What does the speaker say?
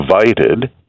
invited